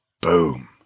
boom